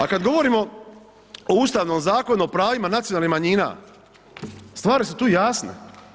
A kad govorimo o Ustavnom zakonu o pravima nacionalnih manjina stvari su tu jasne.